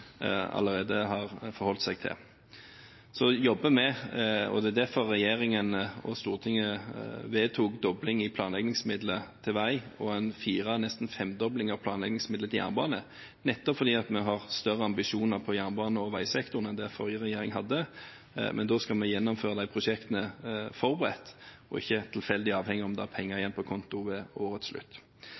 allerede har forholdt seg til. Så jobber vi, og regjeringen og Stortinget vedtok en dobling av planleggingsmidlene til vei og nesten en femdobling av planleggingsmidlene til jernbane nettopp fordi vi har større ambisjoner på jernbanesektoren og veisektoren enn den forrige regjeringen. Men vi skal gjennomføre de prosjektene godt forberedt – ikke tilfeldig og avhengig av om det er penger igjen på kontoen ved årets slutt.